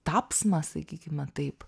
tapsmą sakykime taip